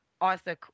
Arthur